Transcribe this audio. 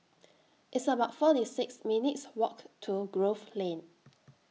It's about forty six minutes' Walk to Grove Lane